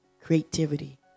creativity